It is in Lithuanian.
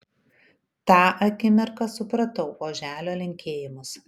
tą akimirką supratau oželio linkėjimus